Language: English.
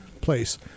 place